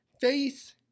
faith